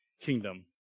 kingdom